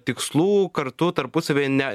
tikslų kartu tarpusavyje ne